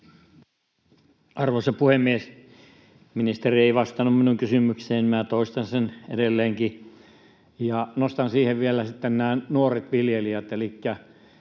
Arvoisa puhemies! Ministeri ei vastannut minun kysymykseeni. Minä toistan sen edelleenkin ja nostan siihen vielä sitten nämä nuoret viljelijät.